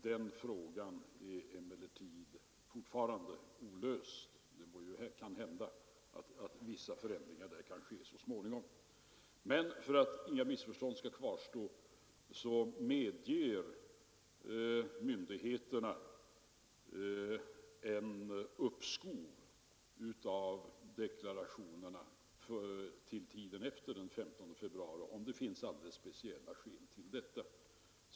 Den frågan är emellertid fortfarande olöst, men det kan hända att vissa förändringar därvidlag kan genomföras så småningom. För att inga missförstånd skall kvarstå vill jag meddela att myndigheterna medger uppskov med inlämnande av deklaration till tid efter den 15 februari, om det finns speciella skäl till detta.